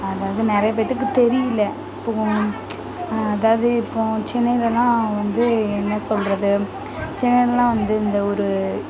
அதாவது நிறைய பேர்த்துக்கு தெரியல இப்போ அதாவது இப்போது சென்னையிலலாம் வந்து என்ன சொல்கிறது சென்னையிலலாம் வந்து இந்த ஒரு